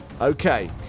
Okay